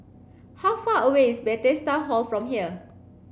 how far away is Bethesda Hall from here